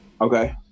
okay